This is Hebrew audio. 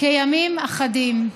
כימים אחדים.